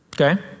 okay